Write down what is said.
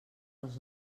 els